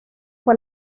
fue